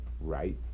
right